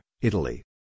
Italy